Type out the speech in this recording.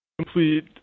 complete